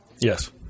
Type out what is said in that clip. Yes